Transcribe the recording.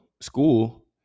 school